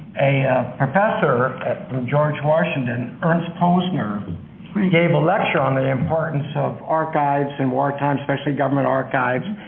a professor at george washington, ernst posner, gave a lecture on the importance of archives in war time, especially government archives,